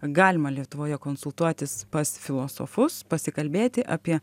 galima lietuvoje konsultuotis pas filosofus pasikalbėti apie